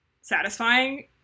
satisfying